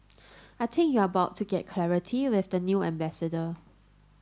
I think you are about to get clarity with the new ambassador